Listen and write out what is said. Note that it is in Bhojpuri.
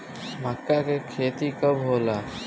मक्का के खेती कब होला?